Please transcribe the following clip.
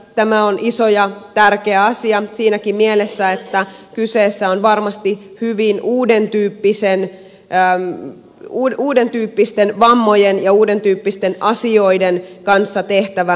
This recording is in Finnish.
tämä on iso ja tärkeä asia siinäkin mielessä että kyseessä on varmasti hyvin uudentyyppisten vammojen ja uudentyyppisten asioiden kanssa tehtävä työ